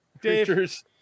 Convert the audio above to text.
creatures